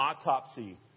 autopsy